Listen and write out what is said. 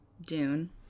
Dune